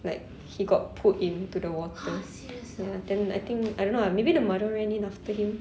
like he got pulled in to the water ya then I think I don't know ah maybe the mother ran in after him a